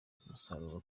umusaruro